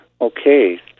Okay